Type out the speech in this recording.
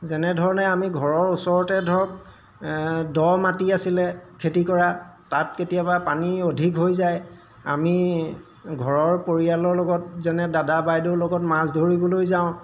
যেনেধৰণে আমি ঘৰৰ ওচৰতে ধৰক দ মাটি আছিলে খেতি কৰা তাত কেতিয়াবা পানী অধিক হৈ যায় আমি ঘৰৰ পৰিয়ালৰ লগত যেনে দাদা বাইদেউৰ লগত মাছ ধৰিবলৈ যাওঁ